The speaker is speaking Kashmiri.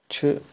چھِ